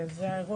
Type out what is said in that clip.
זה האירוע?